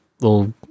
little